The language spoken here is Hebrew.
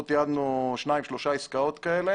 אנחנו תיעדנו שתיים-שלוש עסקאות כאלה